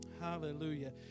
Hallelujah